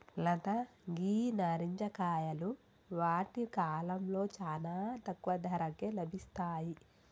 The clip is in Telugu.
లత గీ నారింజ కాయలు వాటి కాలంలో చానా తక్కువ ధరకే లభిస్తాయి